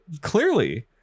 clearly